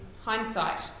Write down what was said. hindsight